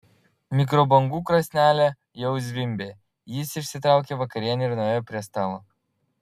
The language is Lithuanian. mikrobangų krosnelė jau zvimbė jis išsitraukė vakarienę ir nuėjo prie stalo